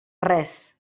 res